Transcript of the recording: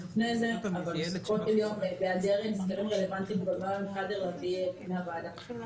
לפני זה --- רלוונטי --- בפני הוועדה.